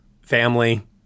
family